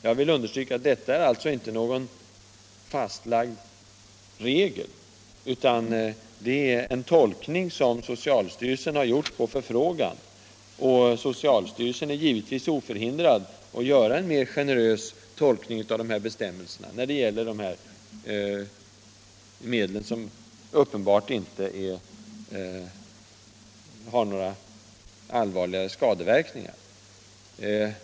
Jag vill understryka att detta inte är någon fastlagd regel utan en tolkning som socialstyrelsen gjort på förfrågan. Socialstyrelsen är givetvis oförhindrad att göra en generös tolkning av bestämmelserna beträffande de här medlen, som uppenbart inte har några allvarligare skadeverkningar.